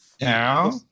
Now